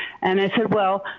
and i said, well,